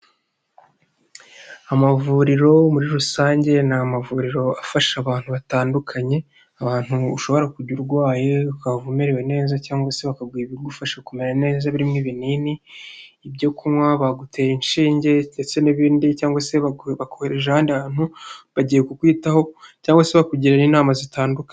Amavuriro muri rusange ni amavuriro afasha abantu batandukanye; ahantu ushobora kujya urwaye ukahava umerewe neza cyangwa se bakaguha ibigufasha kumera neza birimo ibinini byo kunywa, bagutera inshinge ndetse n'ibindi cyangwa se bakakujyana ahandi hantu bagiye kukwitaho cyangwa se bakugira inama zitandukanye.